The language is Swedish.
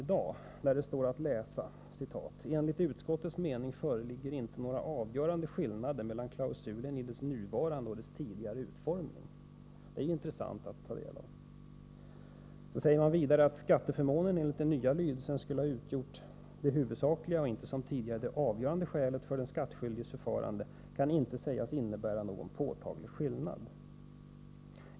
I betänkandet står att läsa: ”Enligt utskottets mening föreligger inte några mer avgörande skillnader mellan klausulen i dess nuvarande och dess tidigare utformning.” Det är ju intressant att ta del av. Utskottet säger vidare: ”Att skatteförmånen enligt den nya lydelsen skall ha utgjort det ”huvudsakliga” och inte som tidigare det ”avgörande” skälet för den skattskyldiges förfarande kan inte sägas innebära någon påtaglig skillnad.